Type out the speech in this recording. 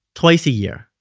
twice a year.